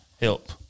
Help